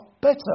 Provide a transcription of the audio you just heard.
better